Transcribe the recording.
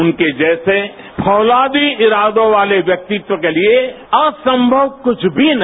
उनके जैसे फौलादी इरादों वाले व्यक्तित्व के लिए असंभव कुछ भी नहीं